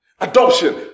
adoption